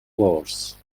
wars